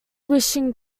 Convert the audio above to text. wishing